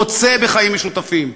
רוצה בחיים משותפים.